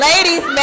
Ladies